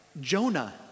Jonah